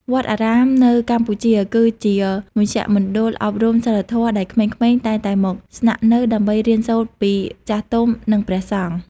វត្តអារាមនៅកម្ពុជា គឺជាមជ្ឈមណ្ឌលអប់រំសីលធម៌ ដែលក្មេងៗតែងតែមកស្នាក់នៅដើម្បីរៀនសូត្រពីចាស់ទុំ និងព្រះសង្ឃ។